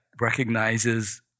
recognizes